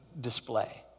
display